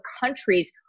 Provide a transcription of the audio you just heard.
countries